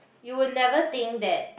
you will never think that